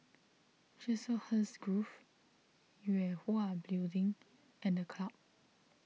Chiselhurst Grove Yue Hwa Building and the Club